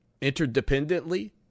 interdependently